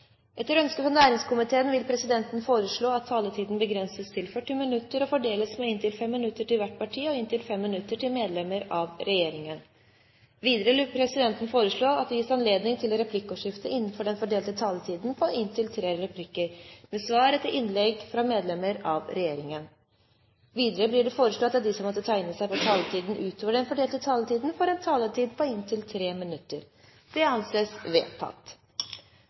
Etter ønske fra næringskomiteen vil presidenten foreslå at taletiden begrenses til 40 minutter og fordeles med inntil 5 minutter til hvert parti og inntil 5 minutter til medlem av regjeringen. Videre vil presidenten foreslå at det gis anledning til replikkordskifte på inntil tre replikker med svar etter innlegg fra medlem av regjeringen innenfor den fordelte taletid. Videre blir det foreslått at de som måtte tegne seg på talerlisten utover den fordelte taletid, får en taletid på inntil 3 minutter. – Det anses vedtatt.